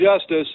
justice